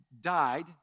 died